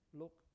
look